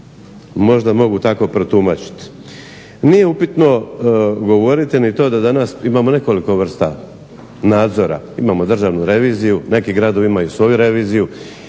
možda mogu tako protumačiti. Nije upitno govoriti ni to da danas imamo nekoliko vrsta nadzora, imamo državnu reviziju, neki gradovi imaju svoju reviziju,